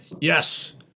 Yes